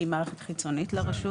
היא מערכת חיצונית לרשות.